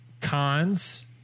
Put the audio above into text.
cons